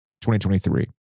2023